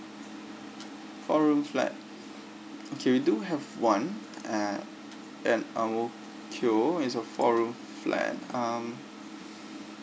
four room flat okay we do have one uh at ang mo kio it's a four room flat um